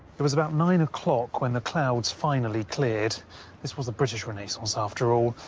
it was about nine o'clock when the clouds finally cleared this was the british renaissance, after all.